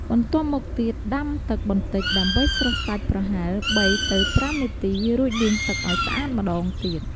បន្ទាប់មកទៀតដាំទឹកបន្តិចដើម្បីស្រុះសាច់ប្រហែល ៣ ទៅ ៥ នាទីរួចលាងទឹកឲ្យស្អាតម្ដងទៀត។